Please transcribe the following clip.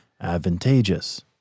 Advantageous